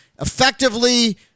effectively